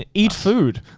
ah eat food.